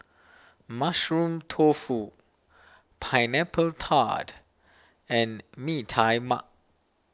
Mushroom Tofu Pineapple Tart and Mee Tai Mak